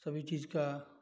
सभी चीज़ का